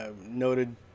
noted